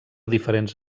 diferents